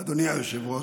אדוני היושב-ראש,